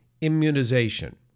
immunization